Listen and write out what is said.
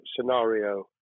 scenario